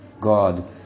God